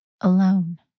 alone